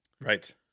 right